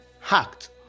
hacked